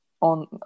on